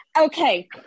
Okay